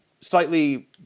slightly